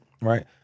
right